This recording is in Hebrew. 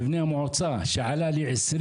את מבנה המועצה שעלה לי 26